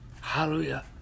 Hallelujah